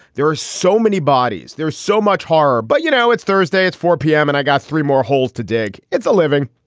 there are so many bodies, there's so much horror. but, you know, it's thursday, it's four zero p m. and i got three more holes to dig. it's a living.